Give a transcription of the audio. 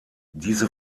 diese